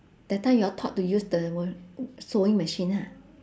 that time y'all taught to use the sewing machine ha